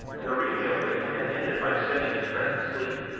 and the reading of which had ended by sending his friend to sleep.